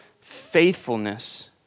faithfulness